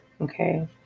Okay